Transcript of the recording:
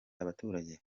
abaturage